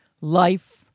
life